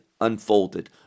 unfolded